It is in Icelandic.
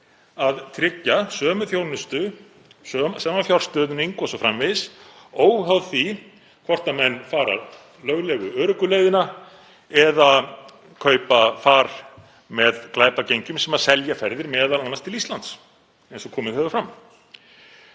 að tryggja sömu þjónustu, sama fjárstuðning o.s.frv., óháð því hvort menn fara löglegu, öruggu leiðina eða kaupa far með glæpagengjum sem selja ferðir, m.a. til Íslands, eins og komið hefur fram.